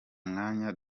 mwanya